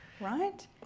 Right